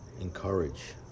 encourage